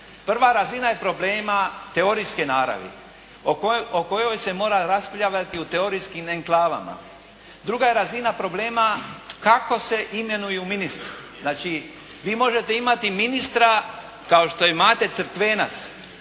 Prva razina problema je teorijske naravi o kojoj se mora raspravljati u teorijskim enklavama. Druga razina problema kako se imenuju ministri, znači vi možete imati ministra kao što je Mate Crkvenac